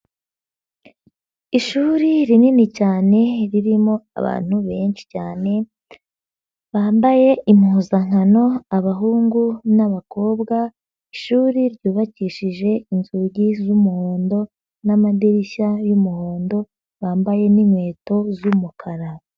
Ishuri rinini cyane, ririmo abantu benshi cyane, bambaye impuzankano, abahungu n'abakobwa, ishuri ryubakishije inzugi z'umuhondo n'amadirishya y'umuhondo, bambaye n'inkweto z'umukara.